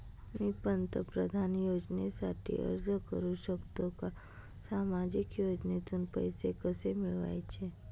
मी पंतप्रधान योजनेसाठी अर्ज करु शकतो का? सामाजिक योजनेतून पैसे कसे मिळवायचे